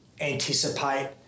anticipate